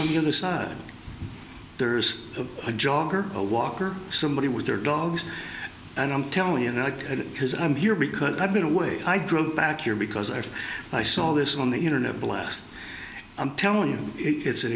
on the other side there's a jogger a walker somebody with their dogs and i'm telling you and i could because i'm here because i've been away i drove back here because after i saw this on the internet blast i'm telling you it's an